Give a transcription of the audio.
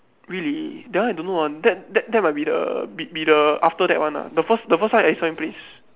really that I don't know ah that that that might be the be be the after that one ah the first the first one explain please